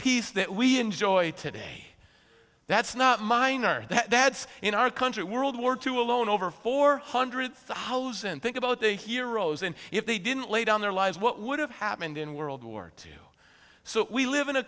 peace that we enjoy today that's not minor that's in our country world war two alone over four hundred thousand think about the heroes and if they didn't lay down their lives what would have happened in world war two so we live in a